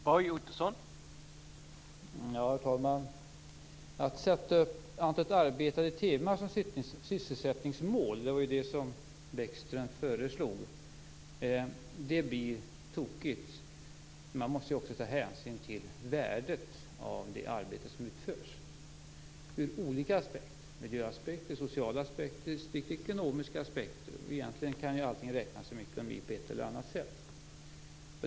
Herr talman! Att sätta upp antalet arbetade timmar som sysselsättningsmål - det var ju det som Bäckström föreslog - blir tokigt. Man måste också ta hänsyn till värdet av det arbete som utförs ur olika aspekter. Det gäller miljöaspekter, sociala aspekter och ekonomiska aspekter. Egentligen kan allt räknas som ekonomi på ett eller annat sätt.